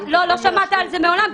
לא שמעת על זה מעולם?